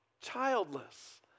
childless